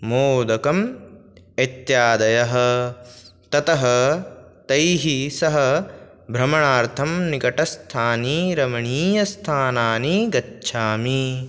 मोदकम् इत्यादयः ततः तैः सह भ्रमणार्थं निकटस्थानि रमणीयस्थानानि गच्छामि